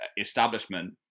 establishment